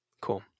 cool